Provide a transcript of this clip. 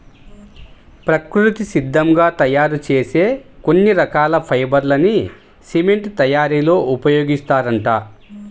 ప్రకృతి సిద్ధంగా తయ్యారు చేసే కొన్ని రకాల ఫైబర్ లని సిమెంట్ తయ్యారీలో ఉపయోగిత్తారంట